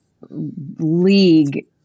league